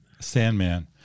Sandman